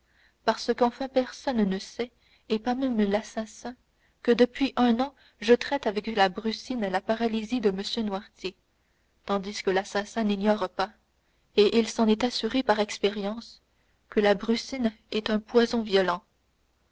parce qu'enfin personne ne sait et pas même l'assassin que depuis un an je traite avec la brucine la paralysie de m noirtier tandis que l'assassin n'ignore pas et il s'en est assuré par expérience que la brucine est un poison violent